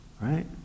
Right